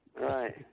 Right